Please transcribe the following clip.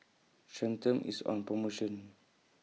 Centrum IS on promotion